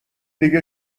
دیگه